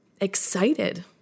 excited